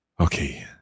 Okay